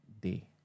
day